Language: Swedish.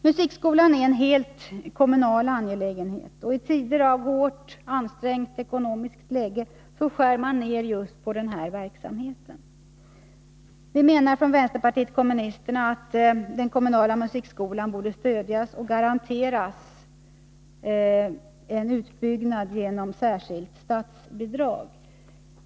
Musikskolan är helt en kommunal angelägenhet, och i tider av hårt ansträngt ekonomiskt läge skär man ned just på denna verksamhet. Vi anser inom vänsterpartiet kommunisterna att den kommunala musikskolan borde stödjas och garanteras en utbyggnad genom särskilt statsbidrag.